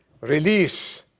release